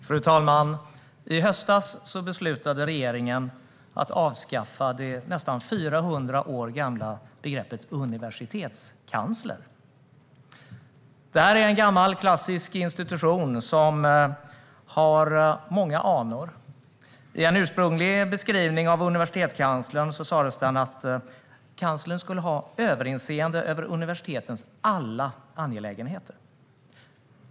Fru talman! I höstas beslutade regeringen att avskaffa det nästan 400 år gamla begreppet universitetskansler. Detta är en gammal klassisk institution, som har många anor. I en ursprunglig beskrivning av universitetskanslern sas att kanslern skulle ha överinseende över universitetens alla angelägenheter.